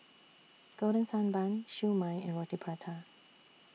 Golden Sand Bun Siew Mai and Roti Prata